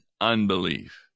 unbelief